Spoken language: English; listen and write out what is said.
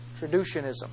Traducianism